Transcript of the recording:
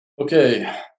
Okay